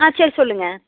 ஆ சரி சொல்லுங்கள்